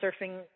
surfing